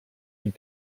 die